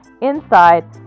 inside